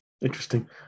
Interesting